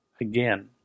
again